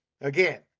again